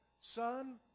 Son